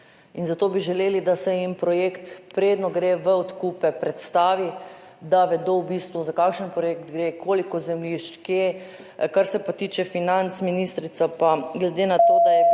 in zato bi želeli, da se jim projekt, preden se gre v odkupe, predstavi, da v bistvu vedo, za kakšen projekt gre, koliko zemljišč, kje. Kar se pa tiče financ, ministrica, glede na to, da je bil